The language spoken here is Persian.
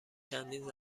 چندین